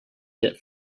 hit